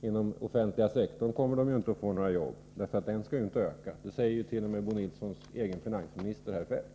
Inom den offentliga sektorn kommer de ju inte att få några jobb, för den skall inte öka — det säger t.o.m. Bo Nilssons egen finansminister herr Feldt.